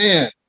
man